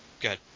good